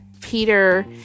Peter